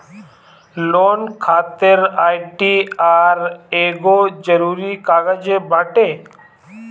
loan खातिर ITR एगो जरुरी कागज बाटे